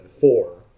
four